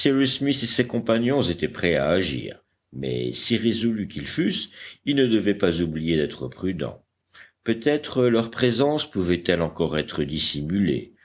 et ses compagnons étaient prêts à agir mais si résolus qu'ils fussent ils ne devaient pas oublier d'être prudents peut-être leur présence pouvait-elle encore être dissimulée